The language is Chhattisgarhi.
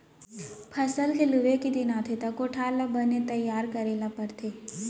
फसल के लूए के दिन आथे त कोठार ल बने तइयार करे ल परथे